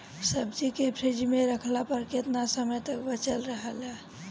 सब्जी के फिज में रखला पर केतना समय तक बचल रहेला?